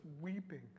weeping